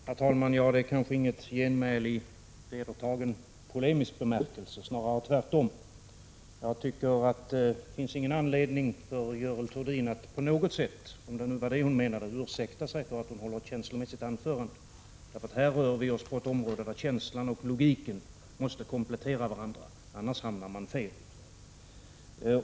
Herr talman! Detta är kanske inget genmäle i vedertagen, polemisk bemärkelse — snarare tvärtom. Jag tycker inte det finns någon anledning för Görel Thurdin att på något sätt, om det nu var så hon menade, ursäkta sig för att hon håller ett känslomässigt anförande. Här rör vi oss på ett område där känslan och logiken måste komplettera varandra, annars hamnar man fel.